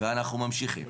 ואנחנו ממשיכים.